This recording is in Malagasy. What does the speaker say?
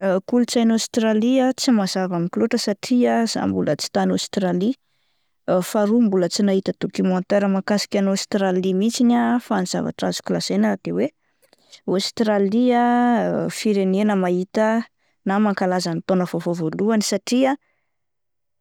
Kolotsain'i Aostralia ah, tsy mazava amiko loatra satria zah mbola tsy tany Aostralia, faharoa mbola tsy nahita documentaire mahakasika an'i Aostralia mihintsy aho ah, fa ny zavatra azoko lazaina de hoe Aostralia firenena mahita na mankalaza ny taona vaovao voalohany satrià